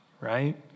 right